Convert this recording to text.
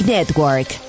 Network